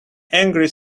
angry